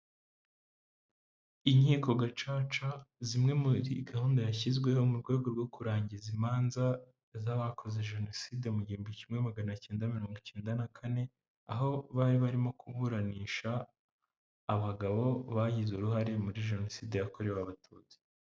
Inkiko Gacaca, zimwe muri gahunda yashyizweho mu rwego rwo kurangiza imanza z'abakoze Jenoside mu gihumbi kimwe maganacyenda mirongo icyenda na kane, aho bari barimo kuburanisha abagabo bagize uruhare muri Jenoside yakorewe Abatutsi.